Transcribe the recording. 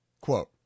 Quote